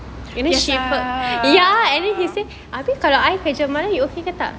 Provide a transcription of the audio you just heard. yes ah